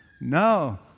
No